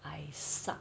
I suck